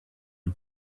you